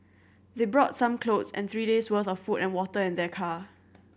they brought some clothes and three days' worth of food and water in their car